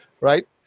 right